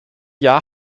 jahr